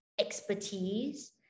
expertise